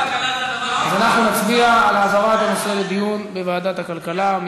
אז אנחנו נצביע על העברת הנושא לדיון בוועדת הכלכלה.